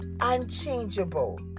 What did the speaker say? unchangeable